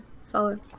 solid